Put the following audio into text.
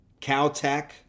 Caltech